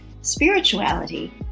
spirituality